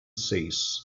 says